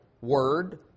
Word